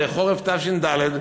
בחורף תש"ד,